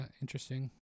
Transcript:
interesting